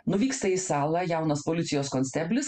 nuvyksta į salą jaunas policijos konsteblis